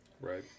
Right